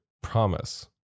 promise